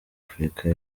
afurika